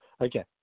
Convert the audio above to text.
Okay